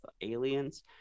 aliens